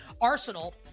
Arsenal